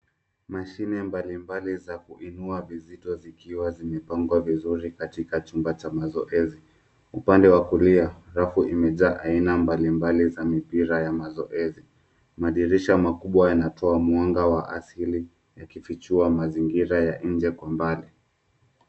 Mashine mbalimbali za kuinua vizito zikiwa zimepangwa vizuri katika chumba cha mazoezi. Upande wa kulia rafu imejaa aina mbalimbali za mipira ya mazoezi. Madirisha makubwa yanatoa mwanga wa asili yakifichua mazingira ya nje kwa mbali.